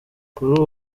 kuri